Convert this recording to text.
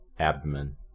abdomen